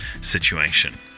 situation